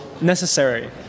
necessary